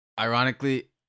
ironically